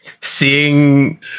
seeing